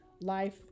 life